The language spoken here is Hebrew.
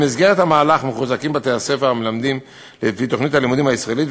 במסגרת מהלך זה מחוזקים בתי-הספר המלמדים לפי תוכנית הלימודים הישראלית,